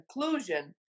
conclusion